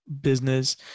business